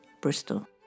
Bristol